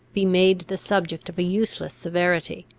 be made the subject of a useless severity.